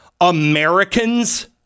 Americans